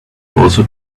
also